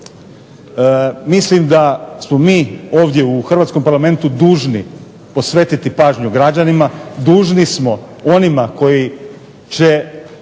mislim da smo mi ovdje u hrvatskom Parlamentu dužni posvetiti pažnju građanima, dužni smo onima koji će